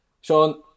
Sean